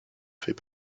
fait